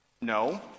No